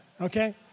okay